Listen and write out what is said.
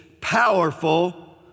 powerful